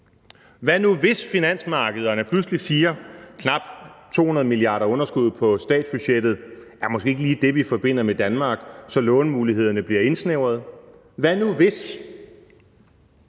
Hvad nu hvis finansmarkederne pludselig siger, at knap 200 mia. kr. i underskud på statsbudgettet måske ikke lige er det, vi forbinder med Danmark, og lånemulighederne derfor bliver indsnævret? Hvad nu hvis?